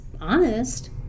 honest